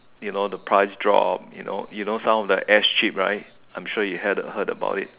you know the price drop you know you know some of the ash chips right I'm sure you had heard about it